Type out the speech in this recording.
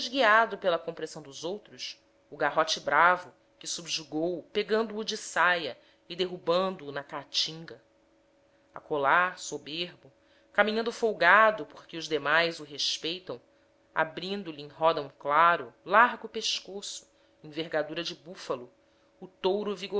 guiado pela compressão dos outros o garrote bravo que subjugou pegando o de saia de derrubando o na caatinga acolá soberbo caminhando folgado porque os demais o respeitam abrindo lhe em roda um claro largo pescoço envergadura de búfalo o touro